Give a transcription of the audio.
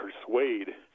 persuade